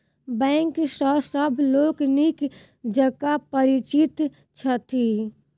bank सॅ सभ लोक नीक जकाँ परिचित छथि